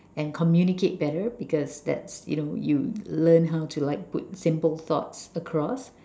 and communicate better because that's you know you learn how to like put simple thoughts across